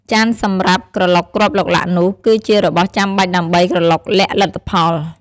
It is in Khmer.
ចានសម្រាប់ក្រឡុកគ្រាប់ឡុកឡាក់នោះ គឺជារបស់ចាំបាច់ដើម្បីក្រឡុកលាក់លទ្ធផល។